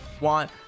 want